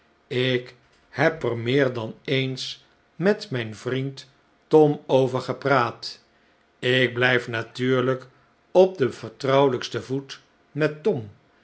ik heb er meer dan eens met mijn vriend torn over gepraat ik blijf natuurlijk op den vertrouwelijksten voet met tom